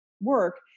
work